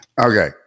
Okay